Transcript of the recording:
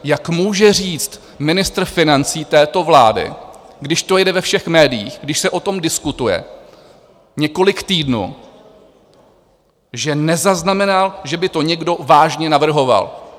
Jak může říct ministr financí této vlády, když to jede ve všech médiích, když se o tom diskutuje několik týdnů, že nezaznamenal, že by to někdo vážně navrhoval?